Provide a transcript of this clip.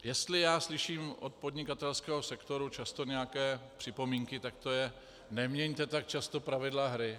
Jestli já slyším od podnikatelského sektoru často nějaké připomínky, tak to je: Neměňte tak často pravidla hry!